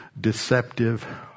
deceptive